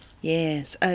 Yes